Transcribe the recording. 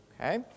Okay